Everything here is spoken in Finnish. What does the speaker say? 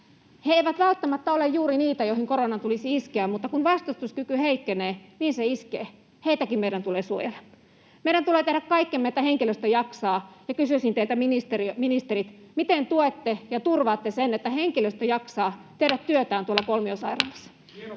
He eivät välttämättä ole juuri niitä, joihin koronan tulisi iskeä, mutta kun vastustuskyky heikkenee, niin se iskee. Heitäkin meidän tulee suojella. Meidän tulee tehdä kaikkemme, että henkilöstö jaksaa, ja kysyisin teiltä, ministerit: miten tuette ja turvaatte sen, että henkilöstö jaksaa tehdä työtään tuolla kolmiosairaalassa?